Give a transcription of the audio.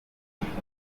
afurika